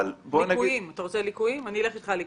אני אלך איתך על ליקויים.